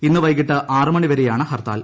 ഇന്ന് വൈകിട്ട് ആറ് മണിവരെയാണ് ഹർത്താൽ